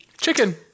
Chicken